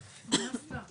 חלק אחד זה הרחבת הפטורים.